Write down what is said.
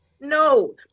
no